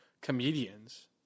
comedians